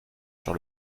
sur